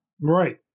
Right